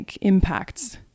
impacts